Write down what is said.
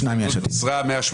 ההסתייגות הוסרה.